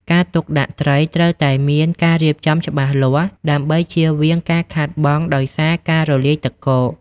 ការទុកដាក់ត្រី ត្រូវតែមានការរៀបចំច្បាស់លាស់ដើម្បីជៀសវាងការខាតបង់ដោយសារការរលាយទឹកកក។